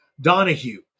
Donahue